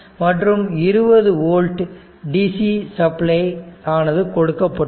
மற்றும் 20 volt dc supply ஆனது கொடுக்கப்பட்டுள்ளது